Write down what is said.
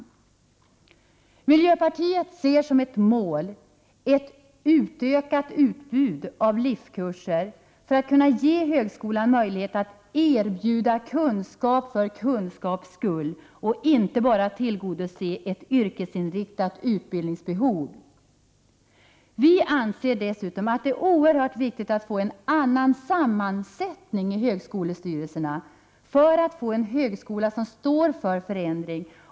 Ett mål för miljöpartiet är ett utökat utbud av LIF-kurser för att kunna ge högskolan en möjlighet att erbjuda kunskap för kunskaps skull och inte bara för att tillgodose ett behov av yrkesutriktad utbildning. Vi anser dessutom att det är oerhört viktigt att få en annan sammansättning i högskolestyrelserna för att därigenom få en högskola som står för förändring.